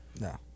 No